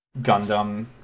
Gundam